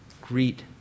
Greet